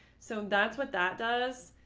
so that's what that does.